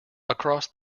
across